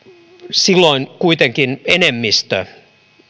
silloin kuitenkin enemmistö